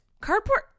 Cardboard